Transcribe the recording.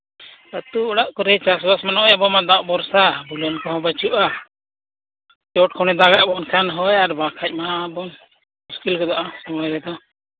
ᱟᱹᱛᱩ ᱚᱲᱟᱜ ᱠᱚᱨᱮᱫ ᱪᱟᱥᱵᱟᱥ ᱱᱚᱜᱼᱚᱭ ᱟᱵᱚ ᱢᱟ ᱫᱟᱜ ᱵᱷᱚᱨᱥᱟ ᱵᱩᱞᱟᱹᱱ ᱠᱚᱦᱚᱸ ᱵᱟᱹᱪᱩᱜᱼᱟ ᱪᱚᱴ ᱠᱷᱚᱱᱮ ᱫᱟᱜᱟᱜ ᱵᱚᱱ ᱦᱳᱭ ᱵᱟᱝᱠᱷᱟᱱ ᱵᱚᱱ ᱢᱩᱥᱠᱤᱞ ᱜᱚᱫᱚᱜᱼᱟ ᱮᱢᱱᱤ ᱨᱮᱫᱚ